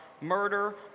murder